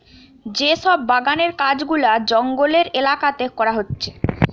যে সব বাগানের কাজ গুলা জঙ্গলের এলাকাতে করা হচ্ছে